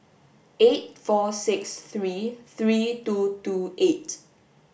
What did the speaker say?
eight four six three three two two eight